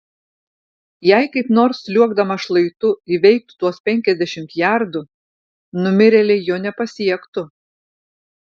jei kaip nors sliuogdamas šlaitu įveiktų tuos penkiasdešimt jardų numirėliai jo nepasiektų